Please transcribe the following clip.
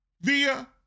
via